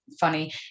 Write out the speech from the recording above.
funny